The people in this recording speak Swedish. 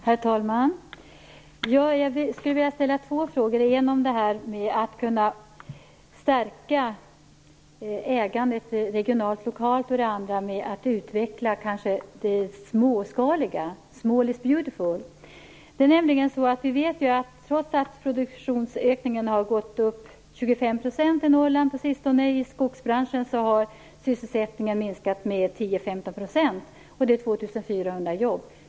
Herr talman! Jag skulle vilja ställa två frågor. Den ena gäller detta med att stärka ägandet regionalt och lokalt. Den andra gäller att man skall utveckla det småskaliga - small is beautiful. Vi vet att sysselsättningen i skogsbranschen i Norrland har minskat med 10-15 %, trots att produktionen har ökat med 25 % Det är 2 400 jobb.